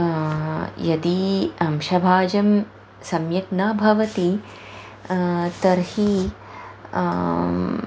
यदि अंशभाजं सम्यक् न भवति तर्हि